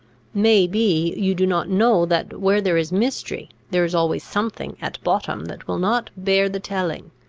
may be, you do not know that where there is mystery, there is always something at bottom that will not bear the telling.